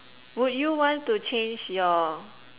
would you want to change your